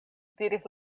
diris